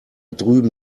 drüben